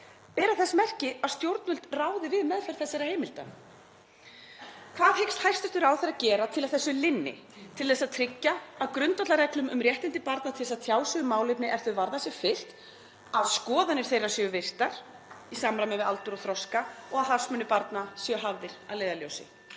bera þess merki að stjórnvöld ráði við meðferð þessara heimilda? Hvað hyggst hæstv. ráðherra gera til að þessu linni, til að tryggja að grundvallarreglum um réttindi barna til að tjá sig um málefni er þau varða sé fylgt, að skoðanir þeirra séu virtar í samræmi við aldur og þroska og að hagsmunir barna séu hafðir að leiðarljósi?